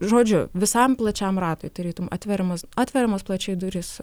žodžiu visam plačiam ratui tarytum atveriamas atveriamos plačiai durys